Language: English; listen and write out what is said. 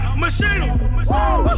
machine